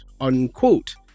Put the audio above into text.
unquote